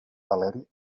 valeri